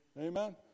Amen